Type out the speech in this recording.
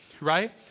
right